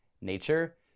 nature